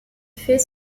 fait